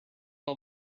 all